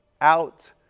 out